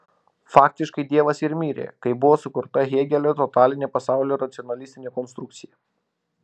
faktiškai dievas ir mirė kai buvo sukurta hėgelio totalinė pasaulio racionalistinė konstrukcija